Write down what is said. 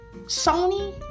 Sony